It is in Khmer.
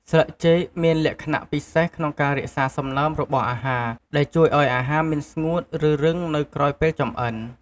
ស្លឹកចេកមានលក្ខណៈពិសេសក្នុងការរក្សាសំណើមរបស់អាហារ ដែលជួយឱ្យអាហារមិនស្ងួតឬរឹងនៅក្រោយពេលចម្អិន។